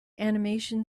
animation